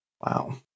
Wow